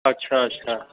अच्छा अच्छा